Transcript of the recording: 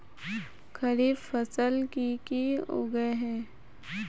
खरीफ फसल की की उगैहे?